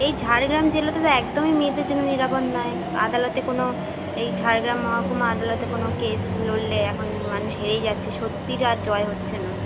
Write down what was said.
এই ঝাড়গ্রাম জেলাটা তো একদমই মেয়েদের জন্য নিরাপদ নয় আদালতে কোনো এই ঝাড়গ্রাম মহকুমা আদালতে কোনো কেস লড়লে এখন মানুষ হেরেই যাচ্ছে সত্যির আর জয় হচ্ছে না